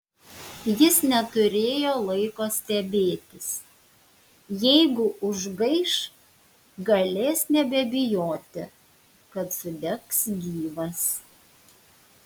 jis neturėjo laiko stebėtis jeigu užgaiš galės nebebijoti kad sudegs gyvas